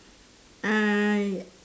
uh